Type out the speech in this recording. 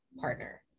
partner